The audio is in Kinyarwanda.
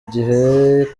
gihe